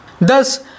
Thus